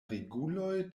reguloj